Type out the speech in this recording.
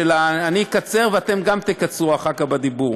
שאני אקצר וגם אתם תקצרו אחר כך בדיבור,